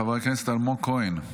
חבר הכנסת אלמוג כהן.